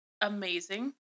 amazing